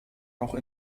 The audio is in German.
auch